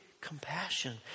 compassion